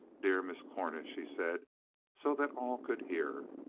dear miss cornish, he said so that all could hear,